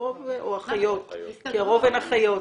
או אחיות, כי הרוב הן אחיות.